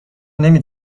نمی